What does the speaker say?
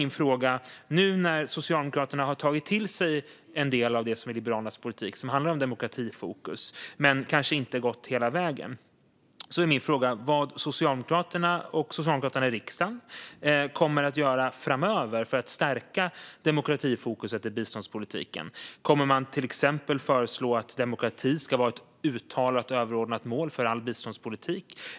Nu när Socialdemokraterna har tagit till sig en del av det som är Liberalernas politik, som handlar om demokratifokus, men kanske inte gått hela vägen är min fråga vad Socialdemokraterna och socialdemokraterna i riksdagen kommer att göra framöver för att stärka demokratifokuset i biståndspolitiken. Kommer man till exempel att föreslå att demokrati ska vara ett uttalat överordnat mål för all biståndspolitik?